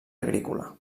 agrícola